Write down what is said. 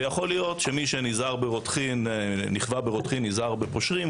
יכול להיות שמי שנכווה ברותחין נזהר בפושרין,